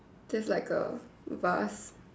just like a vase